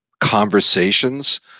conversations